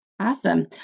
Awesome